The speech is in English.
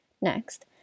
Next